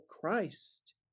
Christ